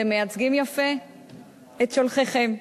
אתם מייצגים יפה את שולחיכם.